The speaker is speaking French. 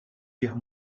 guerre